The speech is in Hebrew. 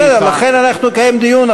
בסדר, לכן אנחנו נקיים דיון.